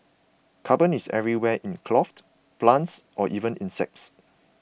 carbon is everywhere in cloth plants or even insects